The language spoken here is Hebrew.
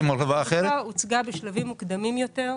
הוצגה בשלבים מוקדמים יותר,